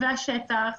השטח,